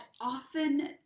often